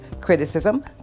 criticism